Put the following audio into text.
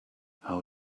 how